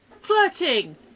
flirting